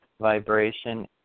vibration